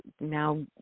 now